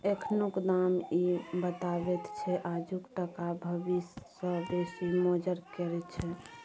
एखनुक दाम इ बताबैत छै आजुक टका भबिस सँ बेसी मोजर केर छै